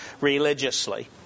religiously